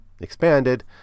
expanded